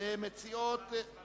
מי